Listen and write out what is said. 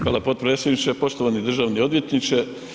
Hvala potpredsjedniče, poštovani državni odvjetniče.